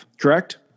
Correct